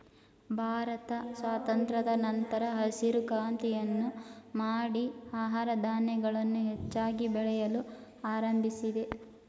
ಭಾರತ ಸ್ವಾತಂತ್ರದ ನಂತರ ಹಸಿರು ಕ್ರಾಂತಿಯನ್ನು ಮಾಡಿ ಆಹಾರ ಧಾನ್ಯಗಳನ್ನು ಹೆಚ್ಚಾಗಿ ಬೆಳೆಯಲು ಆರಂಭಿಸಿದೆ